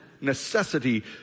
necessity